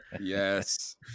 yes